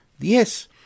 Yes